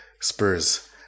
Spurs